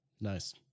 Nice